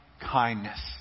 kindness